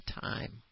time